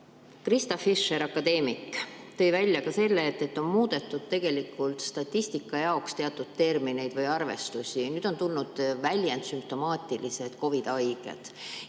Krista Fischer, akadeemik, tõi välja ka selle, et on muudetud statistika jaoks teatud termineid või arvestust. Nüüd on tekkinud väljend "sümptomaatilised COVID-haiged"